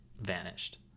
vanished